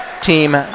team